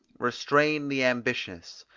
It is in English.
restrain the ambitious,